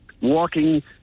walking